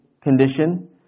condition